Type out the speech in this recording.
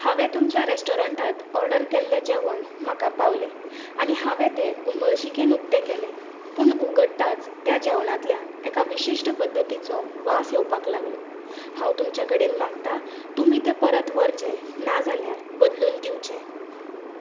हांवे तुमच्या रॅस्टोरण्टात ऑर्डर केल्लें जेवण म्हाका पावलें आनी हांवे तें उमळशिकेन उक्तें केलें पूण उगडटाच त्या जेवणांतल्यान एका विशिश्ट पद्दतीचो वास येवपाक लागलो हांव तुमच्या कडेन मागता तुमी तें परत व्हरचें नाजाल्यार बदलून दिवचें